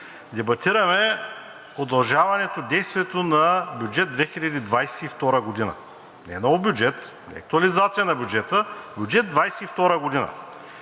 Дебатираме удължаване действието на бюджет 2022 г., не нов бюджет, не актуализация на бюджета, а бюджет 2022 г.